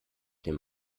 dem